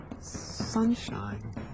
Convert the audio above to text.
sunshine